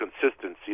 consistency